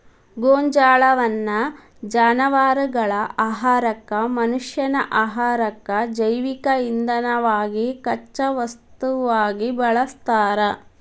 ಗೋಂಜಾಳನ್ನ ಜಾನವಾರಗಳ ಆಹಾರಕ್ಕ, ಮನಷ್ಯಾನ ಆಹಾರಕ್ಕ, ಜೈವಿಕ ಇಂಧನವಾಗಿ ಕಚ್ಚಾ ವಸ್ತುವಾಗಿ ಬಳಸ್ತಾರ